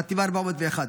חטיבה 401,